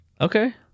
okay